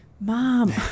mom